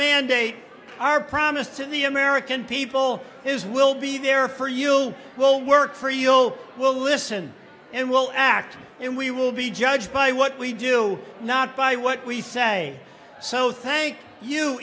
mandate our promise to the american people is we'll be there for you will work for you oh we'll listen and we'll act and we will be judged by what we do not by what we say so thank you